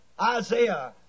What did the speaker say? Isaiah